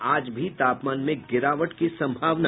आज भी तापमान में गिरावट की संभावना